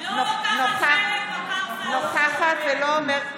לא לוקחת חלק בפרסה הזאת.